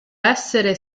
essere